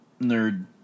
nerd